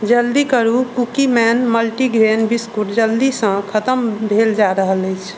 जल्दी करु cookieman multigrain biscuit जल्दीसँ खतम भेल जा रहल अछि